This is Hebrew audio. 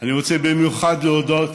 אני רוצה במיוחד להודות